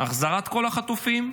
החזרת כל החטופים,